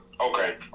okay